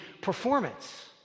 performance